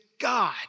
God